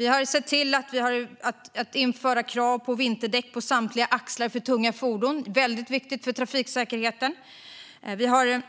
Vi har sett till att införa krav på vinterdäck på samtliga axlar på tunga fordon. Det är väldigt viktigt för trafiksäkerheten. Vi har